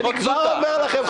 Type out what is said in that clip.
אני כבר אומר לכם,